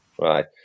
Right